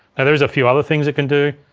and there is a few other things it can do.